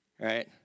right